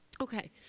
Okay